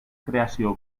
creació